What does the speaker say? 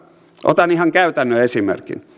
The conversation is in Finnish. otan ihan käytännön esimerkin